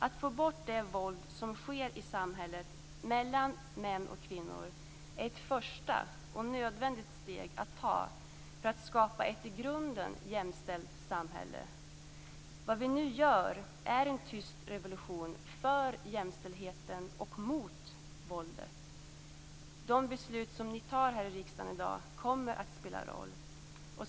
Att få bort det våld som sker i samhället mellan män och kvinnor är ett första och nödvändigt steg att ta för att skapa ett i grunden jämställt samhälle. Vad vi nu gör är en tyst revolution för jämställdheten och mot våldet. De beslut som ni tar här i riksdagen i dag kommer att spela roll.